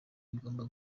bigomba